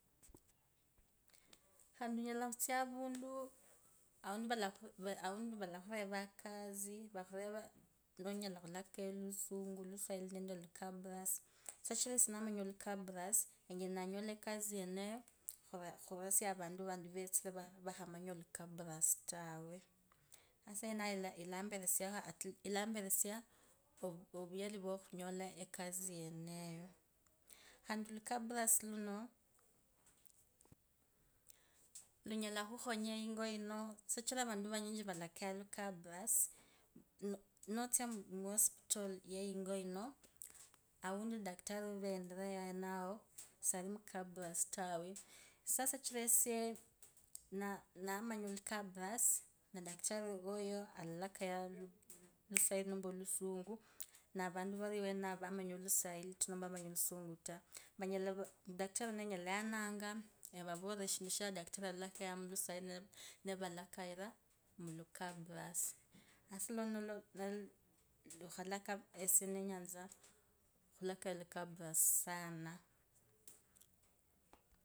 Khandi onyola khutsa avundu, awunti valakhureva ekasi, vakhure nanyala khulakayo olwungu oluswahili, vakhure nonyala khulakayo olwungu, oluswahili nende olukabarasi, sichira esie namngu olukabarasi, enyela nanyola ekasi yeneyo khurasia uvantu vanti vetsire vakhamanya olukabarasi tawe. sasa awenao ilamberesiakho khandi olukabasi luno. Lunalukhonya ingo ino shichira vantu vanyinyi valakayanga lukabarasi, nutsa mwusivitoli ya ingo ino aundi dakitari wavendire sali mukabarasi tawe, sasa sichira esie namanya lukabarasi, dakitari awalaya aluswahili nomba olusungu, na vantu variawenao vamanya oluswahili numbo olusungu ta, vanyala dakitari anyala yananga nevalakayira shindu shadakitari alakayanga muluswahili nevalakayira mulukabarasi alafuwenololo bukholakaa essieneyasha khulakaya lukabarasi saana.